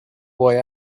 boy